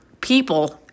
people